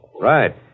Right